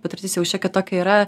patirtis jau šiokia tokia yra